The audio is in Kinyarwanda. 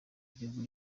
igihugu